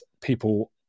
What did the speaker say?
people